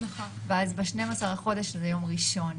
ואז ב-12 בחודש זה יום ראשון.